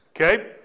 Okay